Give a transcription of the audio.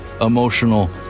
emotional